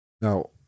now